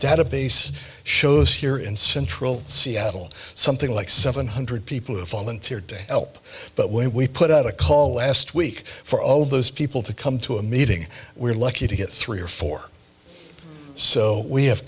database shows here in central seattle something like seven hundred people who volunteered to help but when we put out a call last week for all of those people to come to a meeting we're lucky to get three or four so we have